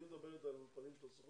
היא מדברת על אולפנים של הסוכנות,